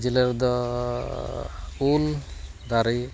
ᱡᱤᱞᱟᱹ ᱨᱮᱫᱚᱻ ᱩᱞ ᱫᱟᱨᱮ